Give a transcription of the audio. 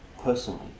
personally